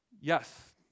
Yes